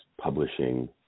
publishing